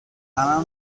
black